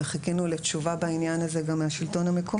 וחיכינו לתשובה בעניין הזה גם מהשלטון המקומי,